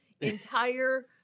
entire